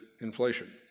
inflation